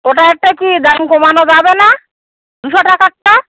ওটা একটা কি দাম কমানো যাবে না দুশো টাকারটা